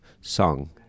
song